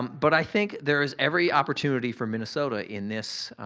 but i think there's every opportunity for minnesota in this